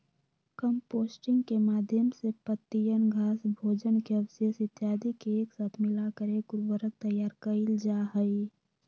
composting के माध्यम से पत्तियन, घास, भोजन के अवशेष इत्यादि के एक साथ मिलाकर एक उर्वरक तैयार कइल जाहई